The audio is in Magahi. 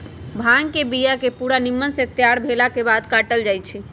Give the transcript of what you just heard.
भांग के बिया के पूरा निम्मन से तैयार भेलाके बाद काटल जाइ छै